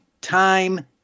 time